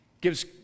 gives